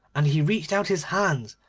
and he reached out his hands,